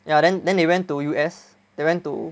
ya then then they went to U_S they went to